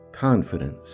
Confidence